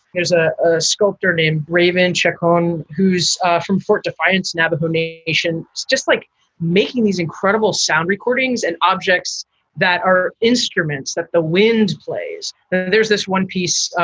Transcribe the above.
there's ah a sculptor named braeburn check on who's from fort defiance, navajo nation, just like making these incredible sound recordings and objects that are instruments that the wind plays. there's this one piece.